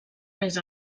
més